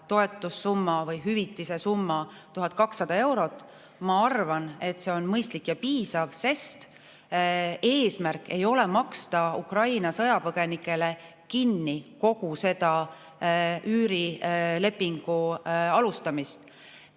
toetussumma või hüvitise summa 1200 eurot, ma arvan, et see on mõistlik ja piisav. Eesmärk ei ole maksta Ukraina sõjapõgenikele kinni kogu üürilepingu alustamist.